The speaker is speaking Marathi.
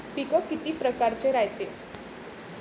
पिकं किती परकारचे रायते?